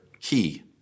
key